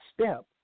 step